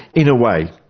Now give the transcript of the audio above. in a way?